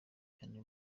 cyane